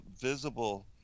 visible